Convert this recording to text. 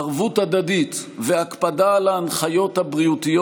ערבות הדדית והקפדה על ההנחיות הבריאותיות